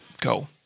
go